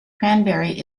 cranberry